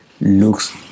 looks